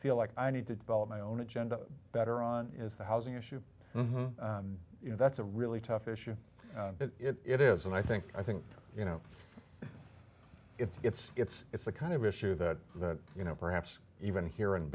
feel like i need to develop my own agenda better on is the housing issue you know that's a really tough issue but it is and i think i think you know it's it's it's the kind of issue that that you know perhaps even here in